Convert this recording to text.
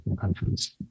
countries